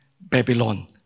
Babylon